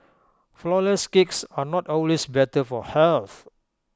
Flourless Cakes are not always better for health